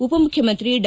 ಉಪಮುಖ್ಯಮಂತ್ರಿ ಡಾ